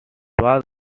was